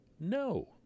No